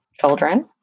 children